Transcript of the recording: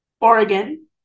Oregon